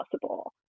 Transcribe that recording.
possible